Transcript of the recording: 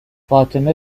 فاطمه